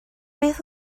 beth